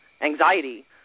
anxiety